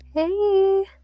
hey